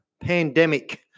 pandemic